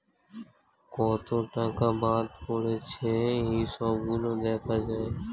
কত টাকা বাদ পড়েছে এই সব গুলো দেখা যায়